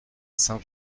saint